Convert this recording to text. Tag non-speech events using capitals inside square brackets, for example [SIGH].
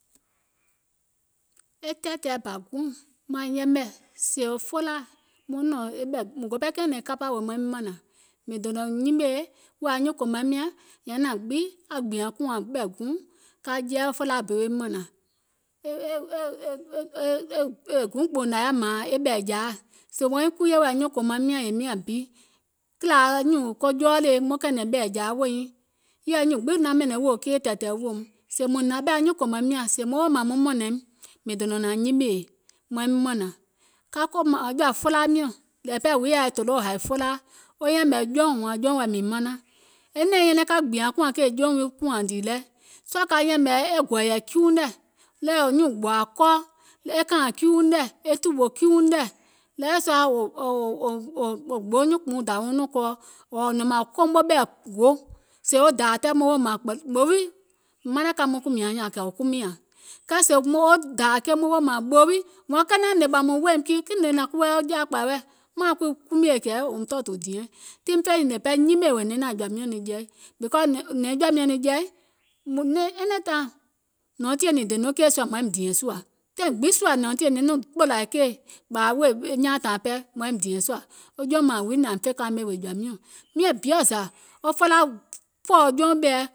E tɛ̀ɛ̀tɛ̀ɛ̀ bȧ guùŋ maŋ yɛmɛ̀ sèè wo folaaȧ, muŋ nɔ̀ŋ e ɓɛ̀, mùŋ go ɓɛɛ kɛ̀ɛ̀nɛ̀ŋ kapȧ wèè maim mȧnȧŋ, mìŋ dònȧŋ nyimèè wèè anyuùŋ kòmaim nyȧŋ nyɛ̀iŋ nȧȧŋ gbiŋ naŋ gbiȧŋ kùȧŋ ɓɛ̀ guùŋ ka jɛi felaa bi woum mȧnȧŋ, [HESITATION] è guùŋ kpò nȧŋ yaȧ mȧȧŋ e ɓɛ̀ɛ̀jȧaȧ, sèè maiŋ kuwiè wèè anyuùŋ kòmaim nyȧŋ yèè miȧŋ bi, kìlȧ nyùùŋ ko jɔɔlèe maŋ kɛ̀ɛ̀nɛ̀ŋ ɓɛ̀ɛ̀jȧa weè nyiŋ, yɛ̀ɛ nyùùŋ gbiŋ naŋ ɓɛ̀nɛ̀ŋ wòò keì tɛ̀ɛ̀tɛ̀ɛ̀ weèum, sèè mùŋ hnȧŋ ɓɛ̀ nyuùŋ kòmaim nyȧŋ sèè maŋ woò mȧȧŋ muŋ mȧnȧim, mìŋ dònȧŋ nyimèè maim mȧnȧŋ, ka kòmȧŋ jɔ̀ȧfelaa miɔ̀ŋ, nȧȧŋ pɛɛ huii yaȧ yɛi tòloò wo hȧì felaa wo yɛ̀mɛ̀ jɔùŋ, wȧȧŋ jɔùŋ wii mìŋ manaŋ, nɛ̀ɛŋ nyɛnɛŋ ka gbìȧŋ kùȧŋ kèè jɔùŋ wii kùȧŋ dìì lɛ, sɔɔ̀ ka yɛ̀mɛ̀ e gɔ̀ɔ̀yɛ̀ kiiuŋ nɛ̀, ɗèwè nyuùŋ gbòȧ kɔɔ, e kȧàìŋ kiiuŋ nɛ̀, e tùwò kiiuŋ nɛ̀, d̀eweɛ̀ sɔa wò gboo nyuùnkpùuŋ dȧwiuŋ nɔɔ̀ŋ kɔɔ, sèè mȧȧŋ wò komo ɓɛ̀ gòo sèè wo dȧȧ tɛɛ̀ mȧȧŋ ɓòò wii manȧŋ ka muiŋ kùmìȧŋ nyȧȧŋ, kɛ̀ wò kumiȧŋ, kɛɛ sèè wo dȧȧ keì maŋ woò mȧȧŋ ɓòò wii, wȧȧŋ kenȧŋ ngèè ɓɔ̀ùm woòim tii kiìŋ nèè nȧŋ kuwo yɛi jaȧkpȧi wɛɛ̀, muŋ naȧŋ kuii kumiè kȧaȧ, wòum tɔ̀ɔ̀tù dìɛŋ, tii miŋ fè ngèè pɛɛ nyimèè wèè nyɛ̀iŋ nȧȧŋ jɔ̀ȧ miɔ̀ŋ naŋ jɛi, because nyɛ̀iŋ jɔ̀ȧ miɔ̀ŋ niŋ jɛi, anytime nyɛ̀nɔɔŋ tìyèe dè nɔŋ keì sùȧ mùŋ yȧim dìɛ̀ŋ sùȧ, taìŋ gbiŋ sùȧ nyɛ̀nɔɔŋ tìyèe naŋ nɔŋ kpòlȧ keì, ɓȧȧ wèè nyaȧtȧaŋ pɛɛ mùŋ yȧim dìɛ̀ŋ sùȧ, wo jɔùŋ mȧȧŋ wii nȧŋ mìŋ fè kaamè wèè jɔ̀ȧ miɔ̀ŋ, miȧŋ biɔ̀ zȧ wo felaa pɔ̀ɔ̀ jɔùŋ ɓɛ̀ɛ,